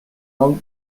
alt